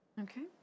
Okay